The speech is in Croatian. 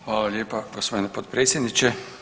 Hvala lijepa gospodine potpredsjedniče.